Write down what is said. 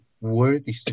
Worthy